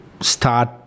start